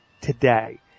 today